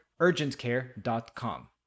UrgentCare.com